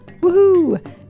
Woohoo